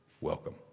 Welcome